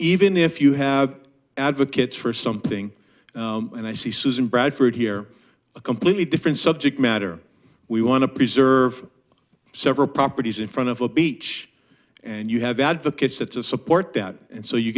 even if you have advocates for something and i see susan bradford here a completely different subject matter we want to preserve several properties in front of a beach and you have advocates that support that and so you